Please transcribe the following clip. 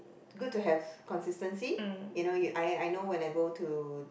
good to have consistency you know I know when I go to